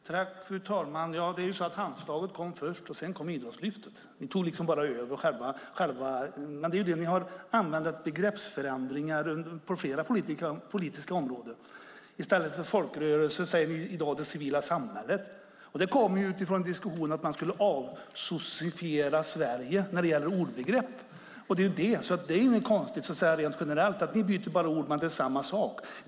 Fru talman! Handslaget kom först och sedan kom Idrottslyftet. Ni tog så att säga över själva förslaget. Ni har ändrat på begreppen på flera politiska områden. I stället för folkrörelse säger ni det civila samhället. Det kommer av en diskussion om att "avsossifiera" Sverige gällande ord och begrepp. Det är alltså ingenting konstigt rent generellt. Ni byter bara till ett annat ord, men det är fråga om samma sak.